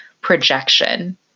projection